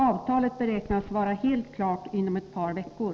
Avtalet beräknas vara helt klart inom ett par veckor.